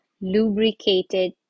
lubricated